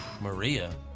Maria